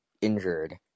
injured